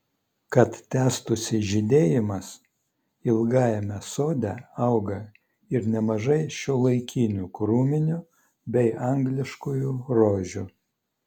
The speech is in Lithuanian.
kad tęstųsi žydėjimas ilgajame sode auga ir nemažai šiuolaikinių krūminių bei angliškųjų rožių